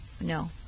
No